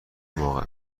موقع